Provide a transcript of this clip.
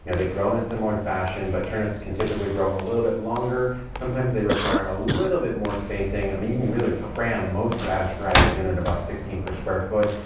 yeah they grow in a similar fashion, but turnips can typically grow a little bit longer. sometimes they require a little bit more spacing. i mean, you can really cram most radish varieties in at and about sixteen per square foot.